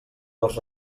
dels